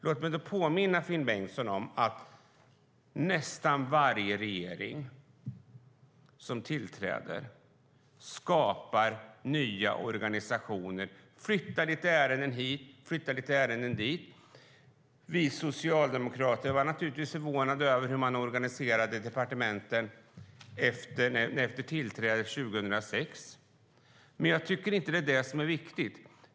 Låt mig då påminna Finn Bengtsson om att nästan varje regering som tillträder skapar nya organisationer och flyttar ärenden hit eller dit. Vi socialdemokrater var naturligtvis förvånade över hur man organiserade departementen när Alliansen tillträdde 2006. Men jag tycker inte att det är det som är viktigt.